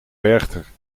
werchter